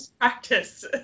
practice